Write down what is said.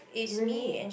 really